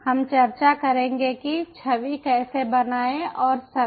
हम चर्चा करेंगे कि छवि कैसे बनाएं और सभी